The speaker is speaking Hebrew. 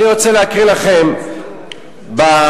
אני רוצה לקרוא לכם את המושג,